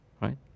Right